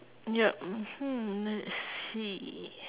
yup mmhmm see